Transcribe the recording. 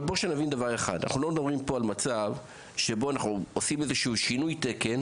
אבל אנחנו לא מדברים פה על מצב שבו אנחנו עושים איזשהו שינוי תקן